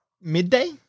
midday